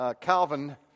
Calvin